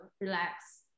relax